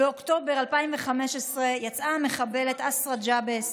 באוקטובר 2015 יצאה המחבלת אסראא ג'עבס,